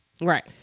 right